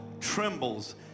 trembles